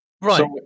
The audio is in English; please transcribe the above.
Right